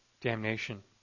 damnation